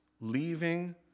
leaving